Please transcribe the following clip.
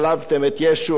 אני מוכן להאמין,